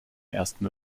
ersten